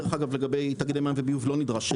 אגב בנושא תאגידי מים וביוב לא נדרש-